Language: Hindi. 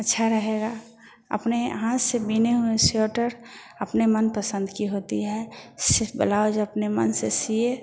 अच्छा रहेगा अपने हाथ से बिने हुए स्वेटर अपने मनपसंद की होती है सिर्फ बलाउज अपने मन से सिएं